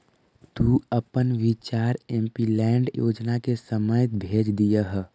तु अपन विचार एमपीलैड योजना के समय भेज दियह